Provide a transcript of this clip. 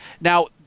now